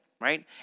right